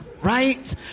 right